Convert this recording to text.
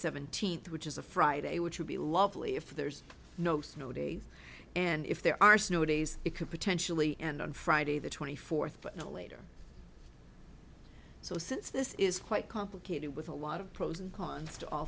seventeenth which is a friday which would be lovely if there's no snow days and if there are snow days it could potentially end on friday the twenty fourth but no later so since this is quite complicated with a lot of pros and cons to all